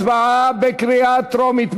הצבעה בקריאה טרומית.